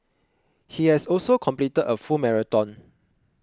he has also completed a full marathon